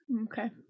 Okay